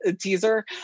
teaser